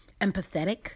empathetic